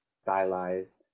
stylized